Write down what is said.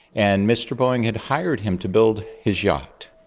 and mr boeing had hired him to build his yacht.